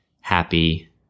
happy